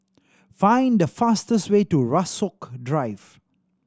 find the fastest way to Rasok Drive